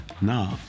now